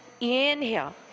Inhale